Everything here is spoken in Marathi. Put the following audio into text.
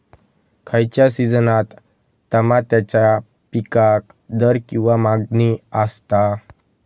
खयच्या सिजनात तमात्याच्या पीकाक दर किंवा मागणी आसता?